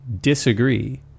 disagree